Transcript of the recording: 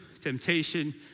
temptation